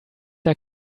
der